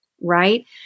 right